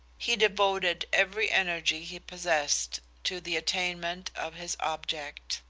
he devoted every energy he possessed to the attainment of his object.